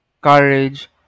courage